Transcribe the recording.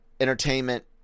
entertainment